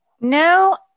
No